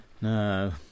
No